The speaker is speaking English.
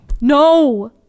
No